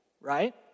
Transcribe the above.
Right